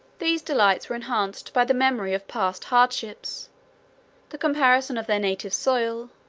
these delights were enhanced by the memory of past hardships the comparison of their native soil,